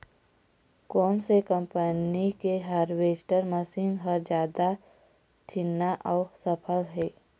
कोन से कम्पनी के हारवेस्टर मशीन हर जादा ठीन्ना अऊ सफल हे?